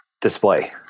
Display